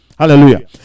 Hallelujah